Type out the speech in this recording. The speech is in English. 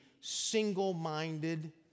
single-minded